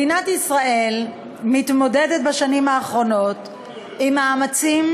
מדינת ישראל מתמודדת בשנים האחרונות עם מאמצים